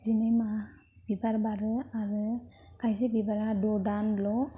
जिनै माहा बिबार बारो आरो खायसे बिबारा द' दानल'